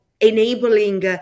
enabling